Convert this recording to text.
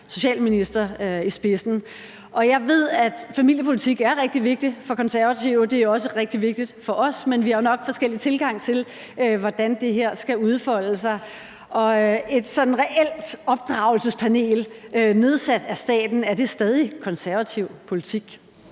socialminister i spidsen. Jeg ved, at familiepolitik er rigtig vigtig for Konservative, og det er også rigtig vigtigt for os, men vi har nok forskellig tilgang til, hvordan det her skal udfolde sig. Et sådan reelt opdragelsepanel nedsat af staten, er det stadig konservativ politik?